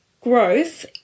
growth